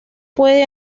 puede